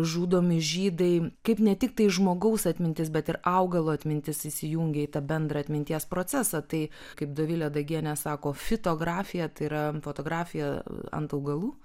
žudomi žydai kaip ne tiktai žmogaus atmintis bet ir augalo atmintis įsijungia į tą bendrą atminties procesą tai kaip dovilė dagienė sako fitografija tai yra fotografija ant augalų